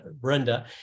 Brenda